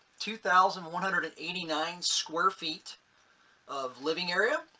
two thousand one hundred and eighty nine square feet of living area.